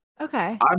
okay